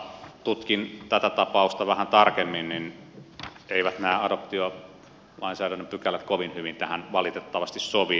mutta kun tutkin tätä tapausta vähän tarkemmin niin eivät nämä adoptiolainsäädännön pykälät kovin hyvin tähän valitettavasti sovi